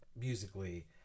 musically